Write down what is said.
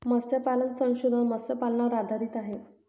मत्स्यपालन संशोधन मत्स्यपालनावर आधारित आहे